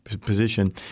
position